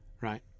right